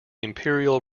imperial